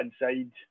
inside